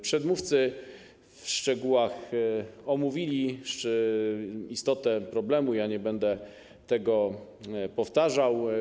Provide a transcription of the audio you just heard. Przedmówcy w szczegółach omówili istotę problemu, nie będę tego powtarzał.